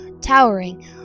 towering